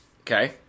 Okay